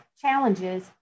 challenges